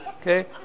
Okay